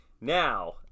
Now